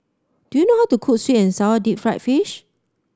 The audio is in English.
do you know how to cook sweet and sour Deep Fried Fish